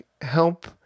help